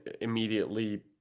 immediately